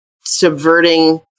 subverting